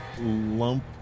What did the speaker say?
Lump